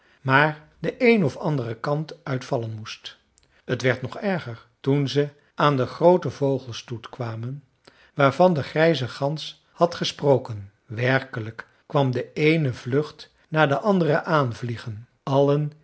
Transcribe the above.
maar den een of anderen kant uit vallen moest t werd nog erger toen ze aan den grooten vogelstoet kwamen waarvan de grijze gans had gesproken werkelijk kwam de eene vlucht na de andere aanvliegen allen